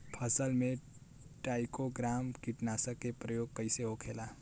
फसल पे ट्राइको ग्राम कीटनाशक के प्रयोग कइसे होखेला?